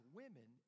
women